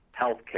healthcare